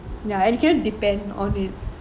ya and you cannot depend on it